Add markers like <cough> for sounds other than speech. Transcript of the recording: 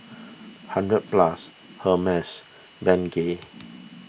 <noise> hundred Plus Hermes Bengay